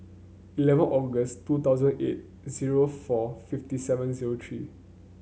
eleven August two thousand eight zero four fifty seven zero three